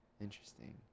Interesting